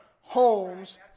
homes